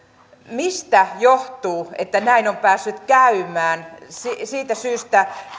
mistä johtuu että näin on päässyt käymään kysyn tätä siitä syystä